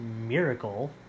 miracle